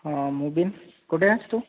हां मुबीन कुठे आहेस तू